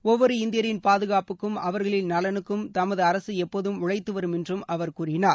ஒவ்வொரு இந்தியரின் பாதுகாப்புக்கும் அவர்களின் நலனுக்கும் தமது அரசு எப்போதும் உழைத்து வரும் என்றும் அவர் கூறினார்